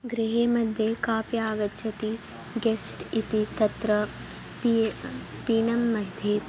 गृहमध्ये कापि आगच्छति गेस्ट् इति तत्र पी पीनमध्ये